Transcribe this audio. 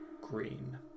green